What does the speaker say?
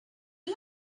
you